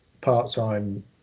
part-time